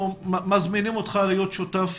אבל אנחנו מזמינים אותך להיות שותף